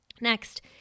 Next